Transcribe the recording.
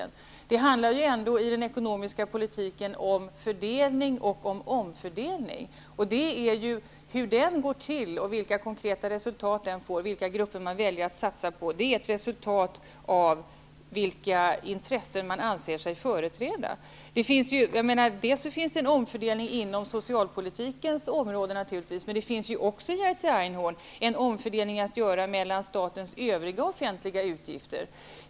I den ekonomiska politiken handlar det ju om fördelning och omfördelning. Hur fördelningen går till, vilka konkreta resultat det blir av den och vilka grupper man väljer att satsa på är en följd av vilka intressen man anser sig företräda. Det sker naturligtvis en omfördelning inom socialpolitikens område. Men det finns också, Jerzy Einhorn, en omfördelning att göra mellan statens övriga offentliga utgifter.